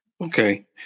Okay